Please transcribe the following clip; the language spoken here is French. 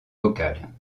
vocale